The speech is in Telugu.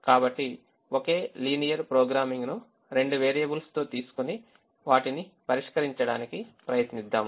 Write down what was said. కాబట్టి ఒకే లీనియర్ ప్రోగ్రామింగ్ను రెండు వేరియబుల్స్తో తీసుకొని వాటిని పరిష్కరించడానికి ప్రయత్నిద్దాం